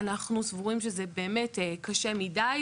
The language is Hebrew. אנחנו סבורים שזה באמת קשה מידי,